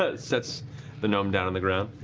ah sets the gnome down on the ground.